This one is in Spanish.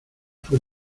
fue